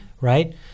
right